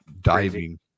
diving